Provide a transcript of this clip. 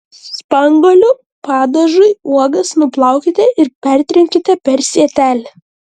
spanguolių padažui uogas nuplaukite ir pertrinkite per sietelį